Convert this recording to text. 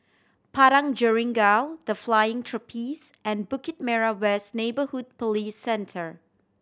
Padang Jeringau The Flying Trapeze and Bukit Merah West Neighbourhood Police Centre